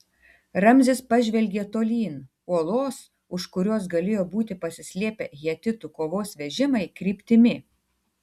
ramzis pažvelgė tolyn uolos už kurios galėjo būti pasislėpę hetitų kovos vežimai kryptimi